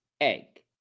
Egg